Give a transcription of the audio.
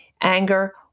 anger